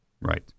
right